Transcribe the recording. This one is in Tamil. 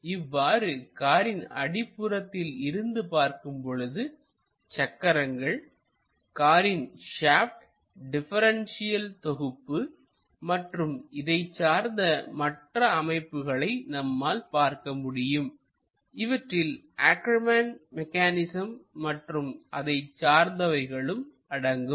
இவ்வாறு காரின் அடிப்புறத்தில் இருந்து பார்க்கும் பொழுதுசக்கரங்கள்காரின் சாப்ட் டிபரன்சியல் தொகுப்பு மற்றும் இதைச் சார்ந்த மற்ற அமைப்புகளை நம்மால் பார்க்க முடியும் இவற்றில் ஆக்கர்மேன் மெக்கானிசம் ackerman's mechanism மற்றும் அதை சார்ந்தவைகளும் அடங்கும்